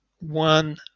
one